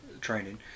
training